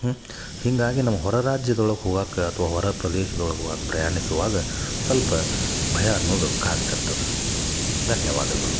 ಹ್ಞೂ ಹಿಂಗಾಗಿ ನಮ್ಗೆ ಹೊರ ರಾಜ್ಯದೊಳಗೆ ಹೋಗಾಕ ಅಥ್ವ ಹೊರ ಪ್ರದೇಶ್ದೊಳಗೆ ಹೋಗಾಕೆ ಪ್ರಯಾಣಿಸುವಾಗ ಸ್ವಲ್ಪ ಭಯ ಅನ್ನೋದು ಕಾಡ್ತಿರ್ತದ ಧನ್ಯವಾದಗಳು